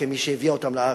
כמי שהביאה אותם לארץ,